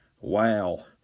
Wow